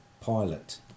pilot